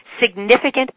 significant